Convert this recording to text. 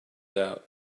out